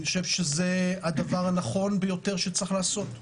אני חושב שזה הדבר הנכון ביותר שצריך לעשות,